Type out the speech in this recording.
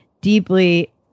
deeply